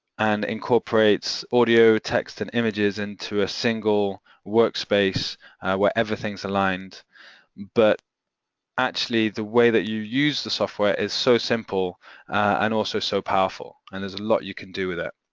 and incorporates audio, text, and images into a single workspace where everything's aligned but actually the way that you use the software is so simple and also so powerful and there's a lot you can do with it,